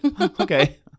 Okay